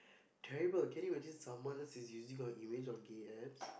terrible can you imagine someone just using your image on gay apps